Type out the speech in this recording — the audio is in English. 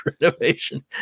renovation